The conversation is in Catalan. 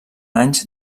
anys